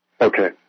Okay